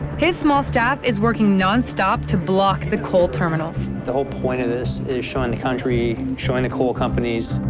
his small staff is working nonstop to block the coal terminals. cechovic the whole point of this is showing the country, showing the coal companies,